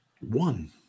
One